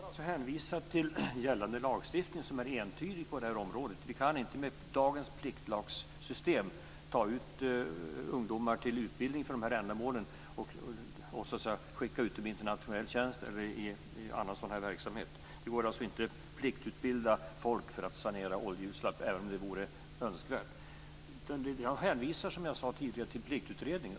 Fru talman! Jag har hänvisat till gällande lagstiftning, som är entydig på det här området. Vi kan inte med dagens pliktlagssystem ta ut ungdomar till utbildning för de här ändamålen och skicka ut dem i internationell tjänst eller annan sådan verksamhet. Det går alltså inte att pliktutbilda folk för att sanera oljeutsläpp även om det vore önskvärt. Jag hänvisar, som jag sade tidigare, till Pliktutredningen.